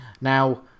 Now